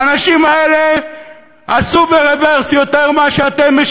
האנשים האלה עשו ברוורס יותר מאשר אתם,